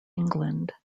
england